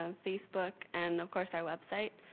um facebook, and of course our website.